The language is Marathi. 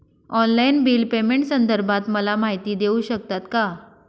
ऑनलाईन बिल पेमेंटसंदर्भात मला माहिती देऊ शकतात का?